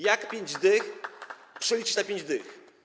Jak 5 dych przeliczyć na 5 dych?